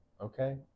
Okay